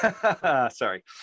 sorry